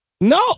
No